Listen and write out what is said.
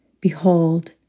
Behold